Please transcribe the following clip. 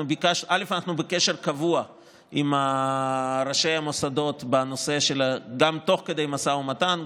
אנחנו בקשר קבוע עם ראשי המוסדות בנושא גם תוך כדי משא ומתן,